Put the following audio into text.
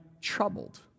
troubled